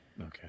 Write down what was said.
Okay